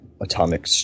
atomic